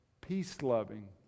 peace-loving